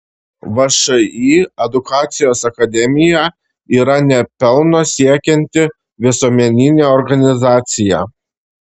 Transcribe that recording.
všį edukacijos akademija yra ne pelno siekianti visuomeninė organizacija